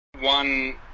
one